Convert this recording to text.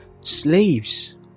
slaves